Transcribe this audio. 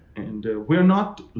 and we're not.